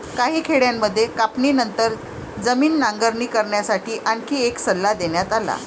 काही खेड्यांमध्ये कापणीनंतर जमीन नांगरणी करण्यासाठी आणखी एक सल्ला देण्यात आला